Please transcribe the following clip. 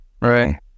Right